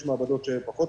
יש מעבדות שפחות,